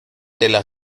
della